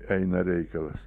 eina reikalas